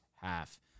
half